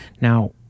Now